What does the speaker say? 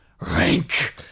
Rank